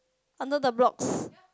under the blocks